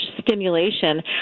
stimulation